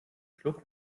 schluck